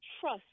trust